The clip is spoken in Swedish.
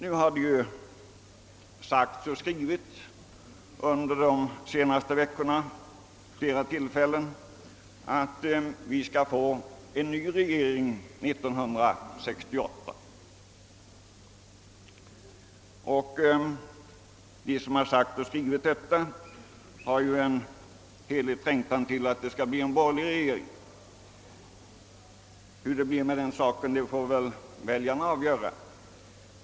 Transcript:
Under senare tid har vi ju ofta fått höra att det skall bli en ny regering 1968. De som i tal och skrift hävdat detta har haft en stark trängtan efter att det skulle bli en borgerlig regering. Hur förhållandena därvidlag kommer att utveckla sig får väljarna avgöra.